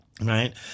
Right